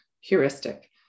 heuristic